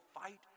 fight